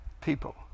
people